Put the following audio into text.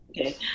Okay